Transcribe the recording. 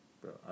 Bro